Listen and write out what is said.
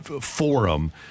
forum